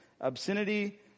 Obscenity